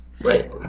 Right